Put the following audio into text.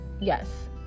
Yes